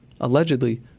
allegedly